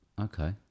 Okay